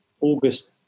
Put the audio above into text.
August